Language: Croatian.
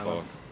Hvala.